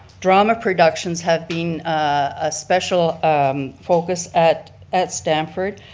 drama productions have been a special um focus at at stamford.